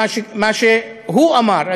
מה שהוא אמר,